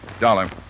Dollar